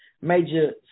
major